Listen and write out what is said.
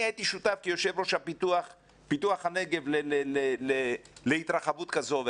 הייתי שותף, כיושב-ראש פיתוח הנגב להתרחבות הזו.